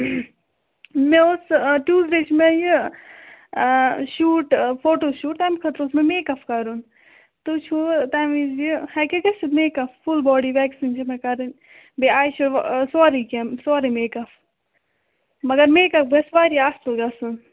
مےٚ اوس ٹِیٛوسڈے چھُ مےٚ یہِ شوٗٹ فوٹوٗ شوٗٹ تمہِ خٲطرٕ اوس مےٚ میک اَپ کرُن تُہۍ چھُو تمہِ وزِ یہِ ہیٚکیٛاہ گٔژھِتھ makeup full body waxing چھِ مےٚکرٕنۍ بیٚیہٕ آے شو سورُے کیٚنٛہہ سورُے میک اَپ مگر میک اَپ گَژھِ واریاہ اصٕل گژھُن